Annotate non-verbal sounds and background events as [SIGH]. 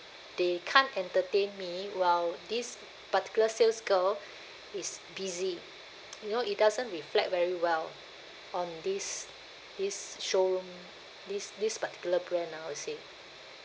they can't entertain me while this particular sales girl is busy [NOISE] you know it doesn't reflect very well on this this showroom this this particular brand I would say